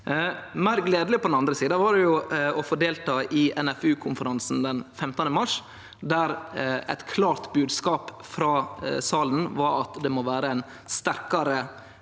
Meir gledeleg, på den andre sida, var det å få delta i NFU-konferansen den 15. mars, der eit klart bodskap frå salen var at det må vere ei sterkare